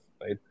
right